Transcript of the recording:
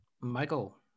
michael